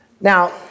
Now